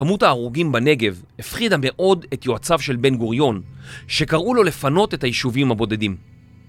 כמות ההרוגים בנגב הפחידה מאוד את יועציו של בן גוריון שקראו לו לפנות את היישובים הבודדים